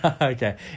Okay